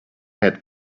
had